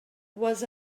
was